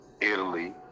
Italy